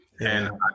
And-